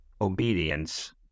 obedience